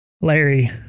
Larry